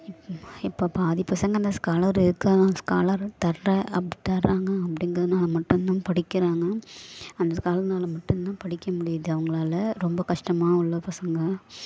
இப்போ இப்போ பாதி பசங்க அந்த ஸ்காலர் இருக்குன்னு ஸ்காலர் தர்ற அப் தர்றாங்க அப்படிங்கிறதுனால மட்டும்தான் படிக்கிறாங்க அந்த ஸ்காலர்னால மட்டும்தான் படிக்க முடியுது அவங்களால ரொம்ப கஸ்டமாக உள்ள பசங்க